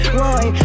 boy